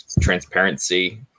Transparency